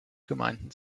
gemeinden